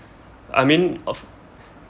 I mean of